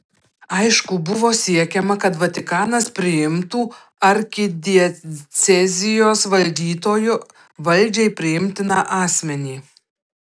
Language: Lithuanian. aišku buvo siekiama kad vatikanas priimtų arkidiecezijos valdytoju valdžiai priimtiną asmenį